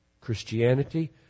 Christianity